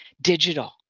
Digital